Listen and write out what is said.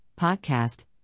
podcast